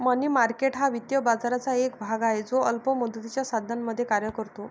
मनी market हा वित्तीय बाजाराचा एक भाग आहे जो अल्प मुदतीच्या साधनांमध्ये कार्य करतो